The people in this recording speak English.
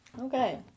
Okay